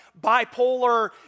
bipolar